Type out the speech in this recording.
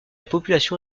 population